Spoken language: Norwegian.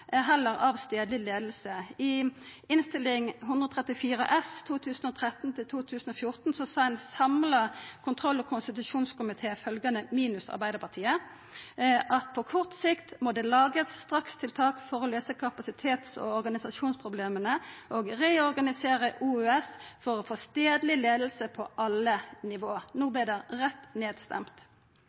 heller ikkje ser verdien av stadleg leiing. I Innst. 134 S for 2013–2014 sa ein samla kontroll- og konstitusjonskomité, minus Arbeidarpartiet, følgjande: «På kort sikt må det lages strakstiltak for å løse kapasitets- og organisasjonsproblemer ved å reorganisere OUS for å få stedlig ledelse på alle nivåer.» No vert det stemt rett